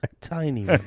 tiny